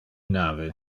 nave